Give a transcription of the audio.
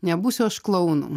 nebūsiu aš klaunu